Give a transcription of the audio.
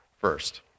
first